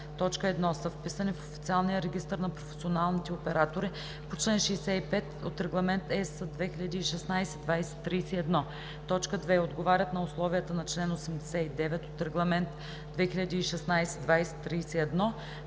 когато: 1. са вписани в Официалния регистър на професионалните оператори по чл. 65 от Регламент (ЕС) 2016/2031; 2. отговарят на условията на чл. 89 от Регламент 2016/2031;